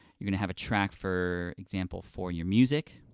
you're gonna have a track, for example, for your music,